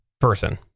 person